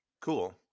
Cool